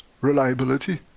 reliability